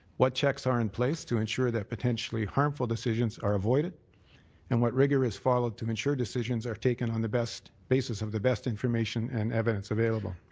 what checks are in place to ensure that potentially harmful decisions are avoided and what rigor is followed to ensure decisions are taken on the basis of the best information and evidence available.